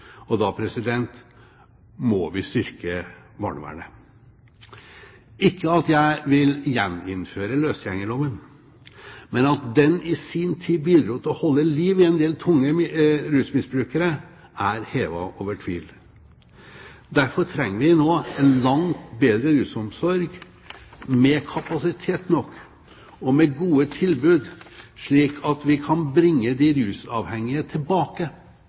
Da må vi styrke barnevernet. Ikke det at jeg vil gjeninnføre løsgjengerloven, men at den i sin tid bidro til å holde liv i en del tunge rusmisbrukere, er hevet over tvil. Derfor trenger vi nå en langt bedre rusomsorg med kapasitet nok og med gode tilbud, slik at vi kan bringe de rusavhengige tilbake